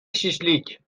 شیشلیک